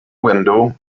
window